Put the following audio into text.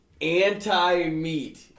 anti-meat